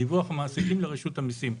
בדיווח המעסיקים לרשות המיסים.